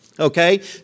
Okay